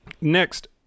Next